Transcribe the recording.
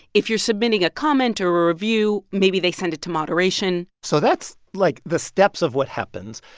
if you're submitting a comment or a review, maybe they send it to moderation so that's, like, the steps of what happens.